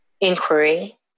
inquiry